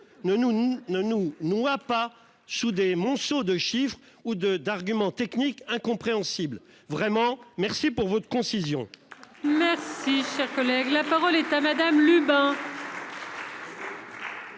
ne nous noie pas sous des monceaux de chiffres ou de d'arguments techniques incompréhensibles, vraiment merci pour votre concision.